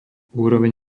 úroveň